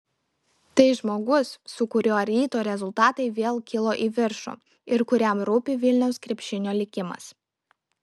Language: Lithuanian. tai žmogus su kuriuo ryto rezultatai vėl kilo į viršų ir kuriam rūpi vilniaus krepšinio likimas